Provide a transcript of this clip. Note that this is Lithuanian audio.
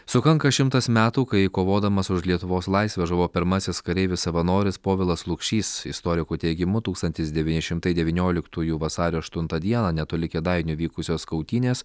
sukanka šimtas metų kai kovodamas už lietuvos laisvę žuvo pirmasis kareivis savanoris povilas lukšys istorikų teigimu tūkstantis devyni šimtai devynioliktųjų vasario aštuntą dieną netoli kėdainių vykusios kautynės